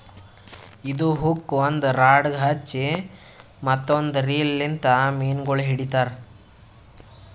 ಇದು ಹುಕ್ ಒಂದ್ ರಾಡಗ್ ಹಚ್ಚಿ ಮತ್ತ ಒಂದ್ ರೀಲ್ ಲಿಂತ್ ಮೀನಗೊಳ್ ಹಿಡಿತಾರ್